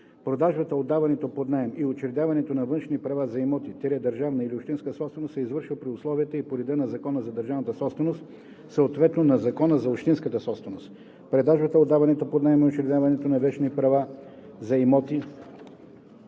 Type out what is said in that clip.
Продажбата, отдаването под наем и учредяването на вещни права за имоти – държавна или общинска собственост, се извършва при условията и по реда на Закона за държавната собственост, съответно на Закона за общинската собственост. Продажбата, отдаването под наем и учредяването на вещни права за имоти,